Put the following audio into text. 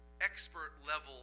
expert-level